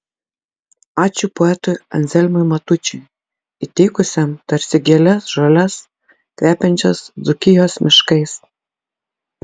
ačiū poetui anzelmui matučiui įteikusiam tarsi gėles žoles kvepiančias dzūkijos miškais